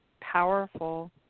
powerful